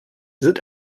sind